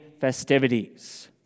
festivities